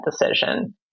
decision